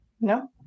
No